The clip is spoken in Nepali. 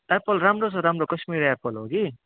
एप्पल राम्रो छ राम्रो कश्मिरी एप्पल हो कि